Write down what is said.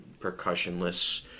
percussionless